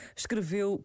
escreveu